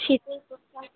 shipping করতে